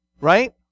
right